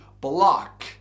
block